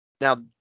Now